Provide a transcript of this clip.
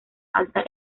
alta